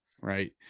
right